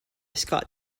scott